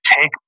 Take